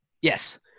Yes